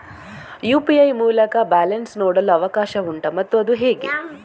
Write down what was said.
UPI ಮೂಲಕ balance ನೋಡಲು ಅವಕಾಶ ಉಂಟಾ ಮತ್ತು ಅದು ಹೇಗೆ?